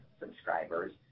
subscribers